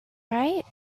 right